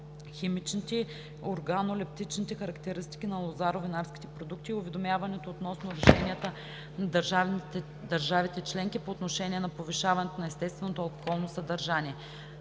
химичните и органолептичните характеристики на лозаро винарските продукти и уведомяването относно решенията на държавите членки по отношение на повишаването на естественото алкохолно съдържание